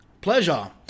Pleasure